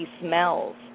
smells